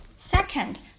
Second